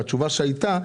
והתשובה שהיתה,